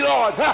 Lord